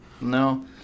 No